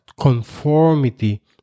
conformity